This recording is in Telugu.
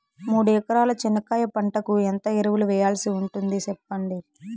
మూడు ఎకరాల చెనక్కాయ పంటకు ఎంత ఎరువులు వేయాల్సి ఉంటుంది సెప్పండి?